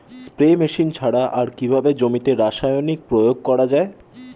Spray machine ছাড়া আর কিভাবে জমিতে রাসায়নিক প্রয়োগ করা যায়?